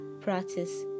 practice